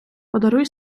подаруй